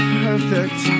perfect